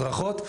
הדרכות,